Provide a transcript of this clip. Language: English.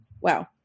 Wow